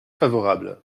favorable